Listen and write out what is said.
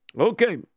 Okay